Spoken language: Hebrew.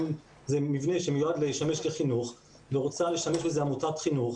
אם זה מבנה שמיועד לשמש כחינוך ורוצה להשתמש בזה עמותת חינוך,